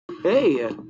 Hey